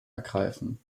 ergreifen